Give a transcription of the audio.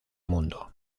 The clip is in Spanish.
mundo